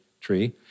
tree